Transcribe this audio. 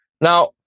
Now